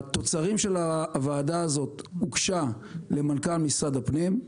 התוצרים של הוועדה הזאת הוגשו למנכ"ל משרד הפנים.